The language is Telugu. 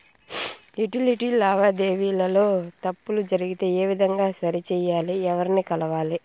యుటిలిటీ లావాదేవీల లో తప్పులు జరిగితే ఏ విధంగా సరిచెయ్యాలి? ఎవర్ని కలవాలి?